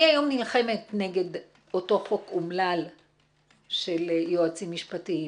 אני היום נלחמת נגד אותו חוק אומלל של יועצים משפטיים,